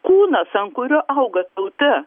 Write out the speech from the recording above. kūnas ant kurio auga tauta